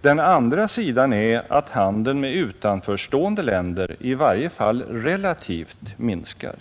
Den andra sidan är att handeln med utanförstående länder i varje fall relativt minskar,